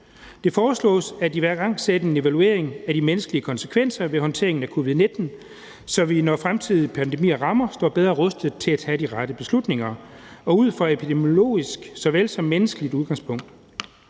Det foreslås at igangsætte en evaluering af de menneskelige konsekvenser ved håndteringen af covid-19, så vi, når fremtidige pandemier rammer, står bedre rustet til at tage de rette beslutninger ud fra et epidemiologisk såvel som menneskeligt udgangspunkt.